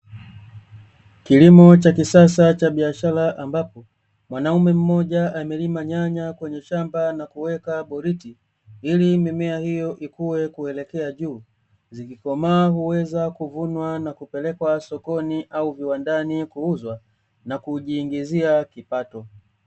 Kilimo cha kisasa cha biashara ambapo mwanaume mmoja analima nyanya kwenye shamba na kuweka boriti ili mimea hiyo ikuwe kuelekea juu, zikikomaa huweza kuvunwa na kupelekwa sokoni au viwandani kuuzwa na kujiingizia kipato.